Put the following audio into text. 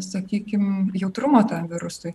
sakykim jautrumo tam virusui